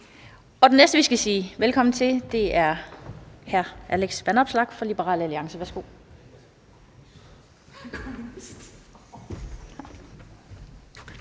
Den næste, vi skal sige velkommen til, er hr. Alex Vanopslagh fra Liberal Alliance. Værsgo.